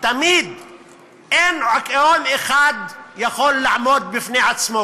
אין עיקרון יכול לעמוד בפני עצמו,